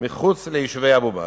מחוץ ליישובי אבו-בסמה.